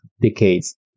decades